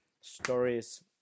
stories